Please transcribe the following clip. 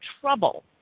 trouble